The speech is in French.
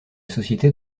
société